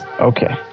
Okay